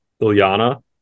Ilyana